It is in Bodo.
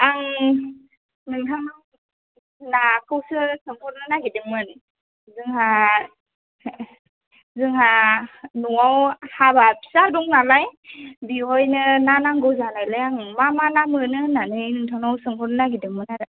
आं नोंथांनाव नाखौसो सोंहरनो नागिरदोंमोन जोंहा जोंहा न'वाव हाबा फिसा दं नालाय बेवहायनो ना नांगौ जानायलाय आं मा मा ना मोनो होन्नानै नोंथांनाव सोंहरनो नागिरदोंमोन आरो